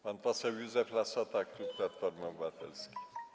Pan poseł Józef Lassota, klub Platformy Obywatelskiej.